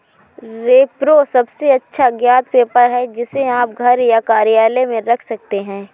repro सबसे अच्छा ज्ञात पेपर है, जिसे आप घर या कार्यालय में रख सकते हैं